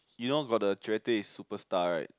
you know got the 绝对:Jue-Dui Superstar right